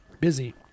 busy